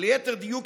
אבל ליתר דיוק,